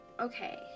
okay